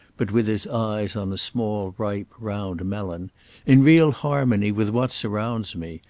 but with his eyes on a small ripe round melon in real harmony with what surrounds me.